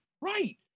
right